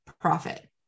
profit